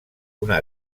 una